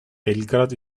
belgrad